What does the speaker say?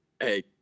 hey